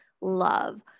love